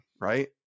right